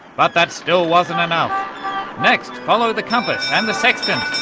but that still wasn't enough. next followed the compass and sextant,